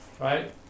right